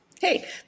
Hey